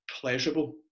pleasurable